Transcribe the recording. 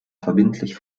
verbindlich